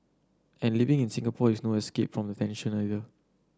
and living in Singapore is no escape from the tension either